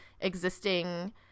existing